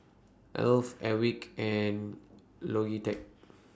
Alf Airwick and Logitech